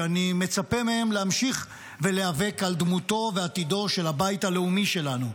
שאני מצפה מהם להמשיך להיאבק על דמותו ועתידו של הבית הלאומי שלנו.